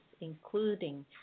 including